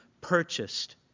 purchased